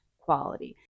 quality